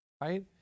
right